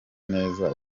neza